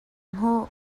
hmuh